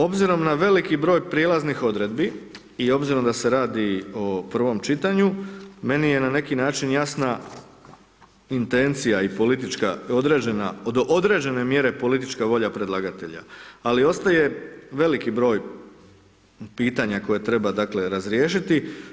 Obzirom na veliki broj prijelaznih odredbi i obzirom da se radi o prvom čitanju, meni je na neki način jasna intencija i politička određena, od određene mjere politička volja predlagatelja, ali ostaje veliki broj pitanja koja treba, dakle, razriješiti.